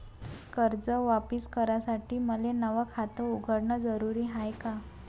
कर्ज वापिस करासाठी मले नव खात उघडन जरुरी हाय का?